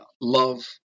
love